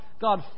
God